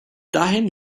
dahin